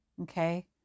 okay